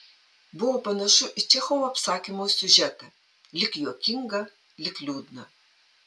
buvo panašu į čechovo apsakymo siužetą lyg juokingą lyg liūdną